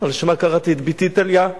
על שמה קראתי את בתי טליה.